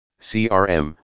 CRM